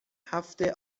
هفته